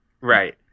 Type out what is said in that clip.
Right